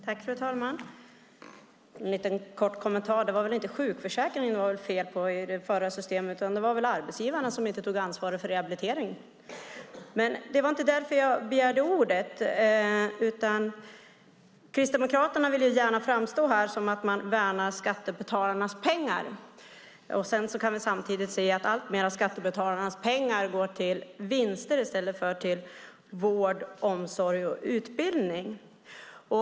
Fru talman! Jag har en liten kort kommentar. Det var inte sjukförsäkringen det var fel på i det förra systemet, utan det var arbetsgivarna som inte tog ansvar för rehabiliteringen. Men det var inte därför jag begärde ordet. Kristdemokraterna vill gärna framstå som om man värnar skattebetalarnas pengar. Samtidigt kan vi se att alltmer av skattebetalarnas pengar går till vinster i stället för till vård, omsorg och utbildning.